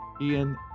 ian